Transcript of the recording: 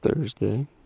Thursday